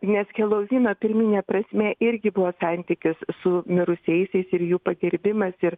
nes helovyno pirminė prasmė irgi buvo santykis su mirusiaisiais ir jų pagerbimas ir